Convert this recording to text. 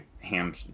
ham